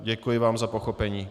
Děkuji vám za pochopení.